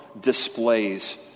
displays